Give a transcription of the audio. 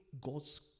God's